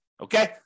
Okay